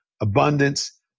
abundance